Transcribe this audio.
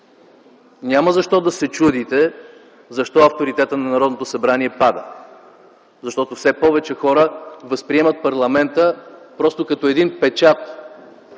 няма защо да се чудите защо авторитетът на Народното събрание пада – защото все повече хора възприемат парламента просто като един печат